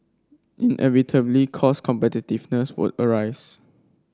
inevitably cost competitiveness would arise